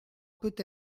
peut